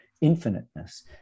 infiniteness